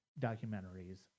documentaries